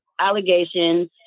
allegations